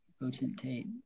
Potentate